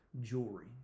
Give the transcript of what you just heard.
jewelry